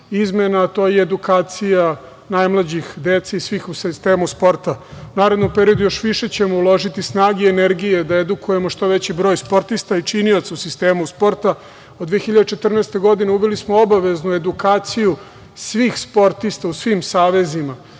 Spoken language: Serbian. izmena, a to je edukacija najmlađih, dece i svih u sistemu sporta. U narednom periodu još više ćemo uložiti snage i energije da edukujemo što veći broj sportista i činioca u sistemu sporta. Od 2014. godine uveli smo obaveznu edukaciju svih sportista u svim savezima.